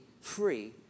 free